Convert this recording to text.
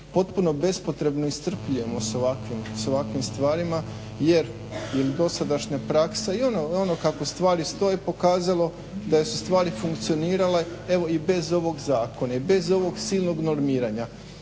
potpuno bespotrebno iscrpljujemo s ovakvim stvarima jer im dosadašnja praksa i onako kako stvari stoje pokazalo da su stvari funkcionirale, evo i bez ovog zakona i bez ovog silnog normiranja.